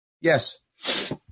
yes